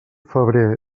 febrer